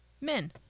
men